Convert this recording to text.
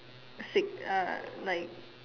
sig~ uh like